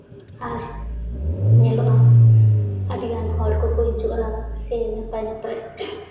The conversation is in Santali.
ᱟᱨ ᱧᱮᱞᱚᱜᱼᱟ ᱟᱹᱰᱤᱜᱟᱱ ᱦᱚᱲ ᱠᱚᱠᱚ ᱦᱤᱡᱩᱜᱼᱟ ᱥᱮ ᱱᱟᱯᱟᱭ ᱱᱟᱯᱟᱭ